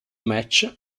match